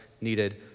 needed